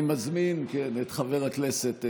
אני מזמין את חבר הכנסת סער.